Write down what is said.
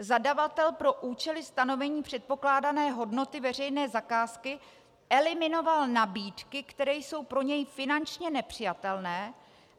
Zadavatel pro účely stanovení předpokládané hodnoty veřejné zakázky eliminoval nabídky, které jsou pro něj finančně nepřijatelné,